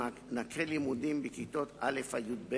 מענקי לימודים בכיתות א' י"ב,